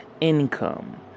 income